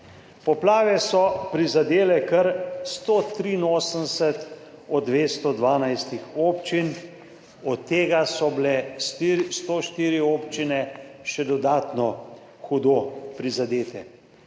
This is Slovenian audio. Poplave so prizadele kar 183 od 212 občin, od tega so bile 104 občine še dodatno hudo prizadete.